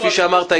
כפי שאמרת,